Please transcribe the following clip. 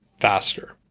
faster